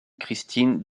kristin